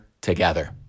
together